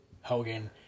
Hogan